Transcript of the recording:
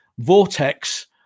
vortex